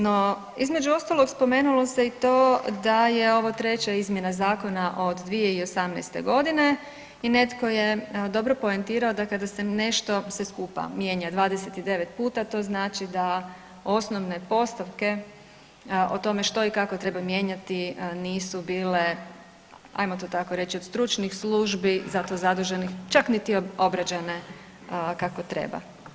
No između ostalog spomenulo se i to da je ovo treća izmjena zakona od 2018.g. i netko je dobro poentirao da kada se nešto sve skupa mijenja 29 puta to znači da osnovne postavke o tome što i kako treba mijenjati, ajmo to tako reći od stručnih službi za to zaduženih, čak niti obrađene kako treba.